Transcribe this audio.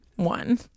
one